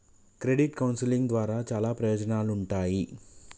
credit counselling ద్వారా చాలా ప్రయోజనాలుంటాయి